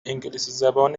انگلیسیزبان